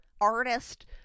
artist